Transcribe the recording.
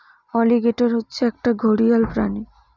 alligator হচ্ছে একটা ঘড়িয়াল প্রাণী